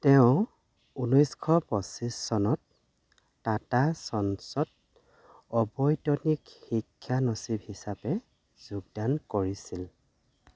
তেওঁ ঊনৈছশ পঁচিছ চনত টাটা চন্সত অবৈতনিক শিক্ষানচিব হিচাপে যোগদান কৰিছিল